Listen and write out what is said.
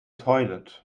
toilet